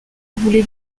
voulez